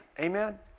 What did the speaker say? amen